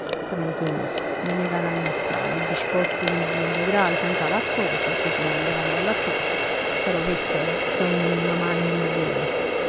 Però insomma, nun è ca cagn assaje, 'e biscott chillillà integrali senza lattosio, pecchè song intollerante 'o lattosio, però chest chest m' magn e m' bev.